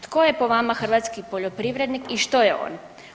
Tko je po vama hrvatski poljoprivrednik i što je on?